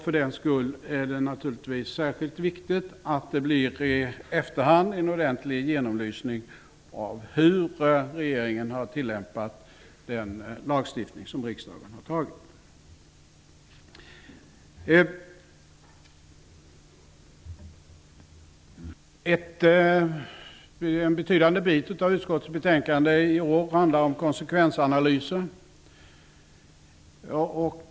För den skull är det naturligtvis särskilt viktigt att det efterhand görs en ordentlig genomlysning av hur regeringen har tillämpat den lagstiftning som riksdagen har antagit. En betydande del av betänkandet i år handlar om konsekvensanalyser.